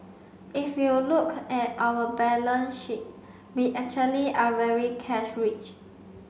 if you look at our balance sheet we actually are very cash rich